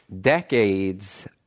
decades